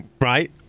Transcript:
Right